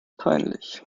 peinlich